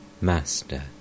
Master